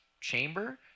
chamber